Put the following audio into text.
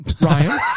Ryan